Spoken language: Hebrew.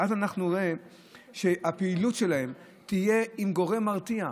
ואז אנחנו נראה שהפעילות שלהם תהיה עם גורם מרתיע.